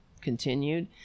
continued